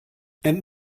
and